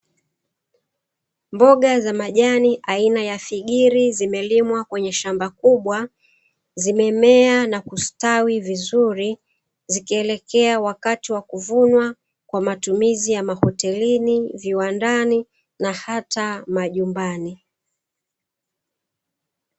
Mboga za majani aina ya figiri zimelimwa kwenye shamba kubwa, zimemea na kustawi vizuri zikielekea wakati wa kuvunwa kwa matumizi ya mahotelini, viwandani na hata majumbani.